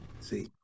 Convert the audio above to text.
see